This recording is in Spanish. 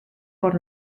por